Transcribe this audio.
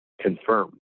confirm